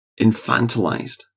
infantilized